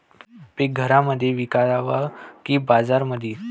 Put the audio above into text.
पीक घरामंदी विकावं की बाजारामंदी?